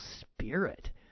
spirit